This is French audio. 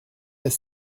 est